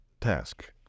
task